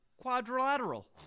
quadrilateral